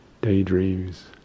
daydreams